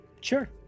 Sure